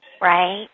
Right